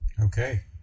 Okay